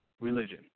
religion